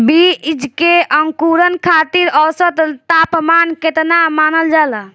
बीज के अंकुरण खातिर औसत तापमान केतना मानल जाला?